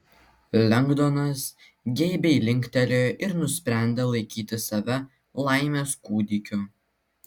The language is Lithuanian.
lengdonas geibiai linktelėjo ir nusprendė laikyti save laimės kūdikiu